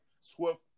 Swift